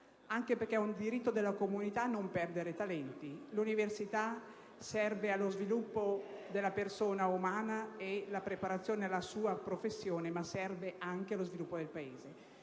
anche perché è un diritto della comunità non perdere talenti. L'università serve allo sviluppo della persona umana e alla preparazione alla sua futura professione, ma serve anche allo sviluppo del Paese.